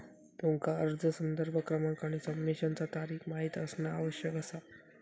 तुमका अर्ज संदर्भ क्रमांक आणि सबमिशनचा तारीख माहित असणा आवश्यक असा